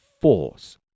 force